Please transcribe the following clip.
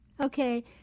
Okay